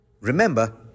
Remember